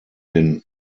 den